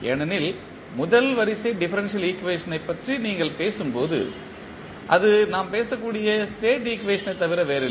ஏனெனில் முதல் வரிசை டிஃபரன்ஷியல் ஈக்குவேஷன்ப் பற்றி நீங்கள் பேசும்போது அது நாம் பேசக்கூடிய ஸ்டேட் ஈக்குவேஷன்த் தவிர வேறில்லை